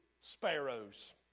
sparrows